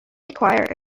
require